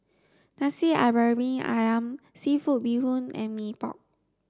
Nasi Briyani Ayam seafood bee hoon and Mee Pok